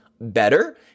better